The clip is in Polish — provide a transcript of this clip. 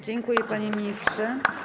Dziękuję, panie ministrze.